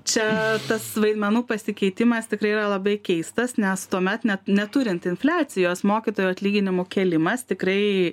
čia tas vaidmenų pasikeitimas tikrai yra labai keistas nes tuomet net neturint infliacijos mokytojų atlyginimų kėlimas tikrai